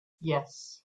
yes